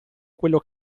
quello